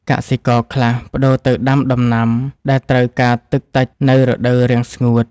កសិករខ្លះប្តូរទៅដាំដំណាំដែលត្រូវការទឹកតិចនៅរដូវរាំងស្ងួត។